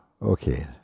Okay